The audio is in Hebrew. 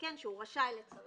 אקרא